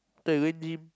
thought you going gym